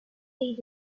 lead